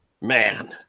man